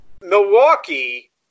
Milwaukee